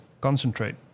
concentrate